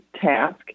task